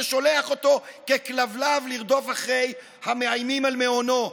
ששולח אותו ככלבלב לרדוף אחרי המאיימים על מעונו.